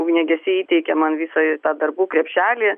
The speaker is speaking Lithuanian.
ugniagesiai teikė man visą tą darbų krepšelį